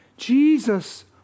Jesus